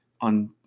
On